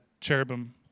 cherubim